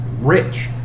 rich